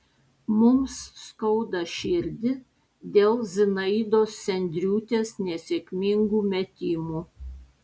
mums skauda širdį dėl zinaidos sendriūtės nesėkmingų metimų